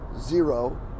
zero